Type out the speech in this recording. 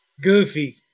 Goofy